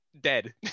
dead